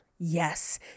Yes